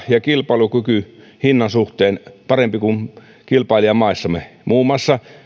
ja kilpailukyky hinnan suhteen parempi kuin kilpailijamaissamme muun muassa